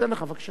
עוד פעם,